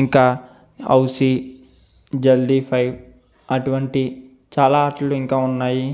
ఇంకా హౌసి జల్దీ ఫైవ్ అటువంటి చాలా ఆటలు ఇంకా ఉన్నాయి